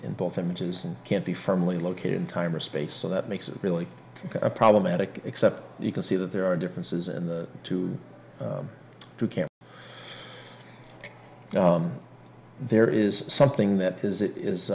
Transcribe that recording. both images and can't be firmly located in time or space so that makes it really problematic except you can see that there are differences in the two two camp there is something that is it is